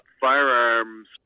firearms